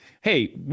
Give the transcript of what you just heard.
hey